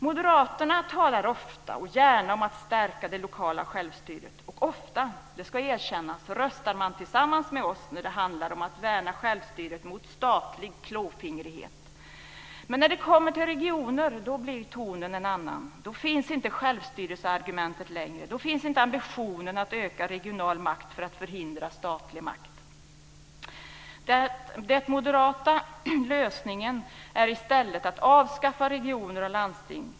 Moderaterna talar ofta och gärna om att stärka det lokala självstyret. Ofta - det ska erkännas - röstar man tillsammans med oss när det handlar om att värna självstyret mot statlig klåfingrighet. Men när det kommer till regioner blir tonen en annan. Då finns inte självstyrelseargumentet längre. Då finns inte ambitionen att öka den regionala makten för att inskränka den statliga makten. Den moderata lösningen är i stället att avskaffa regioner och landsting.